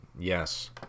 Yes